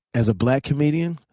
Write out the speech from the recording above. as a black comedian,